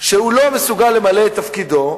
שהוא לא מסוגל למלא את תפקידו,